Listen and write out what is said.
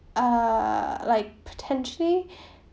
uh like potentially